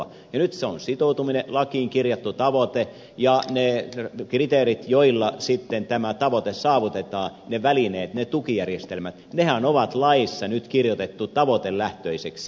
ja nyt se on sitoutuminen lakiin kirjattu tavoite ja ne kriteerit joilla sitten tämä tavoite saavutetaan ne välineet ne tukijärjestelmät nehän on laissa nyt kirjoitettu tavoitelähtöisiksi